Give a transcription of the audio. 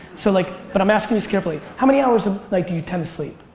so like but i'm asking this carefully. how many hours a night do you tend to sleep?